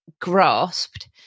grasped